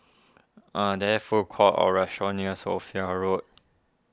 are there food courts or restaurants near Sophia Road